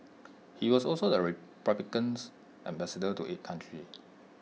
he was also the republicans ambassador to eight countries